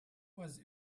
was